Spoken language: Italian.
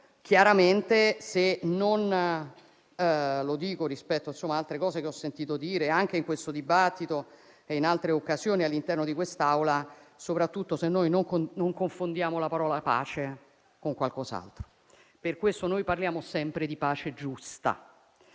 chiaramente - lo dico rispetto ad altre cose che ho sentito dire anche in questo dibattito e in altre occasioni all'interno di quest'Aula - soprattutto se non confondiamo la parola "pace" con qualcos'altro. Per questo parliamo sempre di pace giusta.